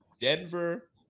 Denver